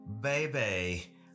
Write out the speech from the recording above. baby